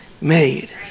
made